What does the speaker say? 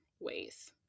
ways